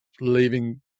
leaving